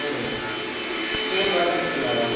three buttons madam